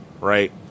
right